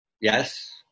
yes